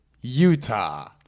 Utah